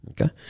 Okay